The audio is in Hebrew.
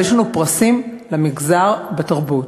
אבל יש לנו פרסים למגזר על תרבות.